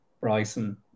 Bryson